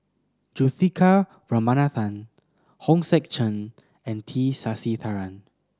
Juthika Ramanathan Hong Sek Chern and T Sasitharan